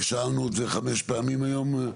כי שאלנו את זה חמש פעמים היום.